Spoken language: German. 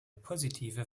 positive